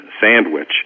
sandwich